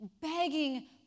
begging